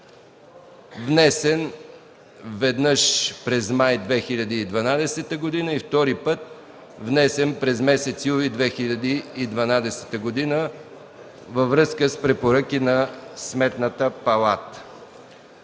внесен веднъж през месец май 2012 г. и втори път – внесен през месец юли 2012 г., във връзка с препоръки на Сметната палата.